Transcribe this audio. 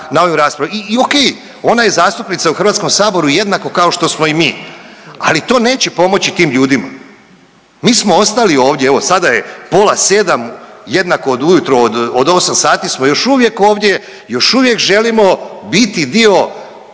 i ok, ona je zastupnica u Hrvatskom saboru jednako kao što smo i mi, ali to neće pomoći tim ljudima. Mi smo ostali ovdje, evo sada je pola 7 jednako od ujutro od, od 8 sati smo još uvijek ovdje, još uvijek želimo biti dio